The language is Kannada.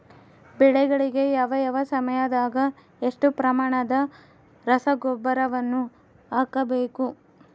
ಬೆಳೆಗಳಿಗೆ ಯಾವ ಯಾವ ಸಮಯದಾಗ ಎಷ್ಟು ಪ್ರಮಾಣದ ರಸಗೊಬ್ಬರವನ್ನು ಹಾಕಬೇಕು?